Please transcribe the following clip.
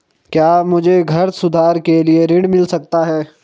क्या मुझे घर सुधार के लिए ऋण मिल सकता है?